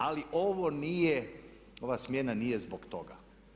Ali ovo nije, ova smjena nije zbog toga.